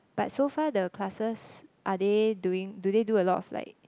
but so far the classes are they doing do they do a lot of like